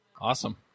Awesome